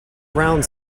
around